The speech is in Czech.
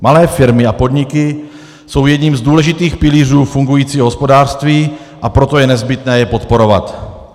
Malé firmy a podniky jsou jedním z důležitých pilířů fungujícího hospodářství, a proto je nezbytné je podporovat.